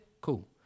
cool